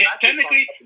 Technically